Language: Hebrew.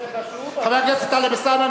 חבר הכנסת טלב אלסאנע.